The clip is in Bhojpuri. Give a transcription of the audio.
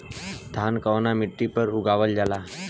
धान कवना मिट्टी पर उगावल जाला?